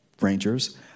Rangers